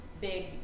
big